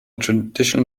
traditional